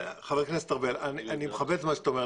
חבר הכנסת ארבל, אני מקבל מה שאתה אומר.